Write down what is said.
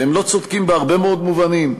והם לא צודקים בהרבה מאוד מובנים,